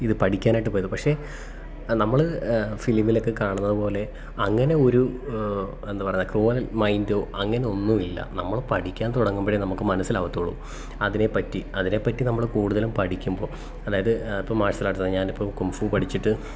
ഇതു പഠിക്കാനായിട്ടു പോയത് പക്ഷെ നമ്മൾ ഫിലിമിലൊക്കെ കാണുന്നതു പോലെ അങ്ങനെയൊരു എന്താ പറയുക ക്രൂവൽ മൈൻറ്റോ അങ്ങനെയൊന്നുമില്ല നമ്മൾ പഠിക്കാൻ തുടങ്ങുമ്പോഴേ നമുക്ക് മനസ്സിലാകത്തുള്ളൂ അതിനേപ്പറ്റി അതിനേപ്പറ്റി നമ്മൾ കൂടുതലും പഠിക്കുമ്പോൾ അതായത് ഇപ്പം മാർഷൽ ആട്ട്സാണ് ഞാനിപ്പം കുംഫു പഠിച്ചിട്ട്